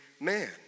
man